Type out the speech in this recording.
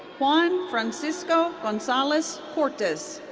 juan francisco gonzalez cortez.